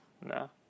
No